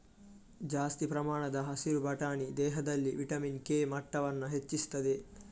ಜಾಸ್ತಿ ಪ್ರಮಾಣದ ಹಸಿರು ಬಟಾಣಿ ದೇಹದಲ್ಲಿ ವಿಟಮಿನ್ ಕೆ ಮಟ್ಟವನ್ನ ಹೆಚ್ಚಿಸ್ತದೆ